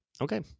Okay